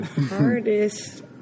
Hardest